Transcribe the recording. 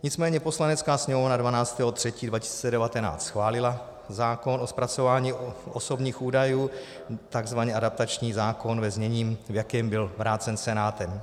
Nicméně Poslanecká sněmovna 12. 3. 2019 schválila zákon o zpracování osobních údajů, takzvaně adaptační zákon ve znění, v jakém byl vrácen Senátem.